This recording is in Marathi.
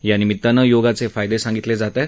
यानिमित्तानं योगाचे फायदे सांगितले जात आहेत